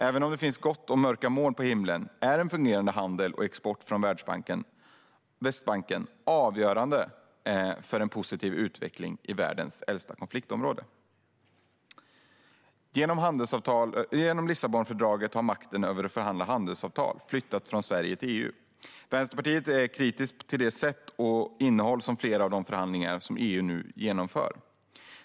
Även om det finns gott om mörka moln på himlen är fungerande handel och export från Västbanken avgörande för en positiv utveckling i världens äldsta konfliktområde. Genom Lissabonfördraget har makten över att förhandla handelsavtal flyttats från Sverige till EU. Vänsterpartiet är kritiskt till flera av de förhandlingar som EU nu genomför vad gäller både sätt och innehåll.